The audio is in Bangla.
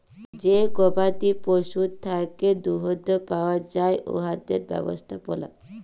যে গবাদি পশুর থ্যাকে দুহুদ পাউয়া যায় উয়াদের ব্যবস্থাপলা